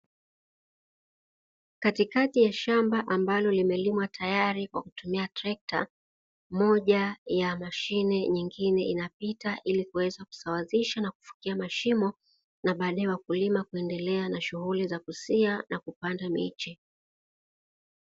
Katikati ya shamba ambalo limelimwa tayari kwa kutumia trekta, moja ya mashine nyingine inapita ili kuweza kusawazisha na kufukia mashimo na baadae wakulima kuendelea na shughuli za kusia na kupanda miche.